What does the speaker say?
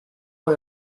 por